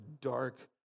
dark